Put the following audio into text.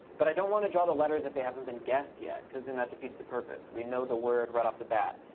but i don't want to draw the letters if they haven't been guessed yet, because then that defeats the purpose. we know the word right off the bat.